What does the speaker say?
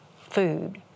food